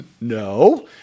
no